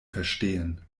verstehen